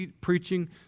preaching